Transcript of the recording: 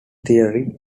theory